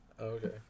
Okay